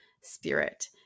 spirit